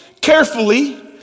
carefully